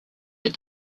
let